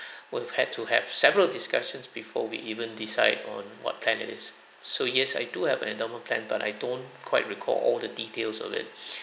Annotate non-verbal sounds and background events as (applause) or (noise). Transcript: (breath) we've had to have several discussions before we even decide on what plan it is so yes I do have an endowment plan but I don't quite recall all the details of it (breath)